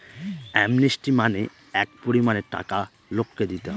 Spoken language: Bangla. অ্যামনেস্টি মানে এক পরিমানের টাকা লোককে দিতে হয়